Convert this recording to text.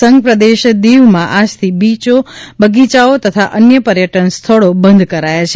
સંઘ પ્રદેશ દીવમાં આજથી બીચો બગીયાઓ તથા અનેક પર્યટન સ્થળો બંધ કરાયા છે